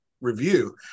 review